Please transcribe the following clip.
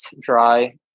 dry